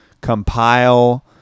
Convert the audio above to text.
compile